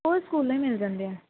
ਉਹ ਸਕੂਲੋਂ ਹੀ ਮਿਲ ਜਾਂਦੇ ਹੈ